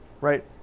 right